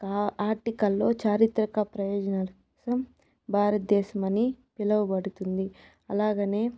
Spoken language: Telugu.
ఆర్టికల్ లో చారిత్రక ప్రయోజనాలు భారతదేశమని పిలవబడుతుంది అలాగనే